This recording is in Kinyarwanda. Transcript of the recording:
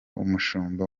umushumba